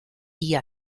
maia